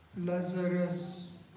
Lazarus